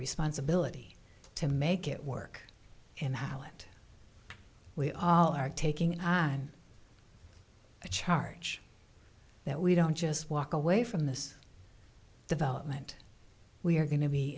responsibility to make it work and how that we all are taking an eye on the charge that we don't just walk away from this development we are going to be